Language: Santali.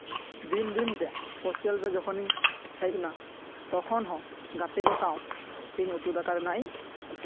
ᱫᱤᱱᱼᱫᱤᱱ ᱛᱮ ᱦᱳᱥᱴᱮᱞ ᱨᱮ ᱡᱚᱠᱷᱚᱱᱤᱧ ᱦᱮᱡ ᱮᱱᱟ ᱛᱚᱠᱷᱚᱱ ᱦᱚᱸ ᱜᱟᱛᱮ ᱠᱚ ᱥᱟᱶ ᱤᱧ ᱩᱛᱩ ᱫᱟᱠᱟ ᱨᱮᱱᱟᱜ ᱤᱧ